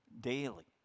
daily